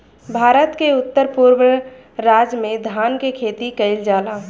भारत के उत्तर पूरब राज में धान के खेती कईल जाला